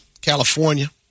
California